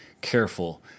careful